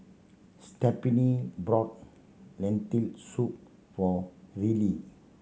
Stephania bought Lentil Soup for Reilly